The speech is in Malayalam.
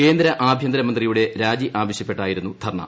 കേന്ദ്ര ആഭ്യന്തര മന്ത്രിയുടെ രാജി ആവശ്യപ്പെട്ടായിരുന്നു ധർണ